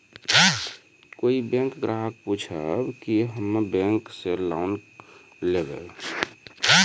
कोई बैंक ग्राहक पुछेब की हम्मे बैंक से लोन लेबऽ?